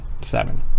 seven